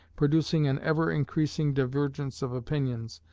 producing an ever-increasing divergence of opinions,